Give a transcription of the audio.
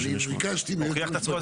אני ביקשתי --- הוכיח את עצמו?